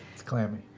it's clammy.